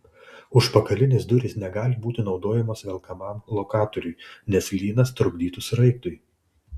užpakalinės durys negali būti naudojamos velkamam lokatoriui nes lynas trukdytų sraigtui